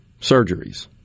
surgeries